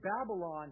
Babylon